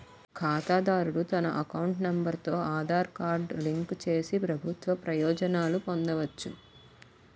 ఖాతాదారుడు తన account number తో ఆధార్ కార్డు లింక్ చేసి ప్రభుత్వ ప్రయోజనాలు పొందవచ్చు